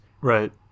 Right